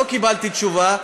לא קיבלתי תשובה,